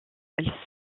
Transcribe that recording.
elles